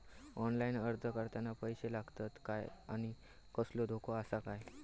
Online अर्ज करताना पैशे लागतत काय आनी कसलो धोको आसा काय?